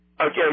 Okay